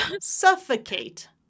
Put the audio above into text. Suffocate